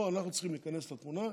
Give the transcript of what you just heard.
פה אנחנו צריכים להיכנס לתמונה,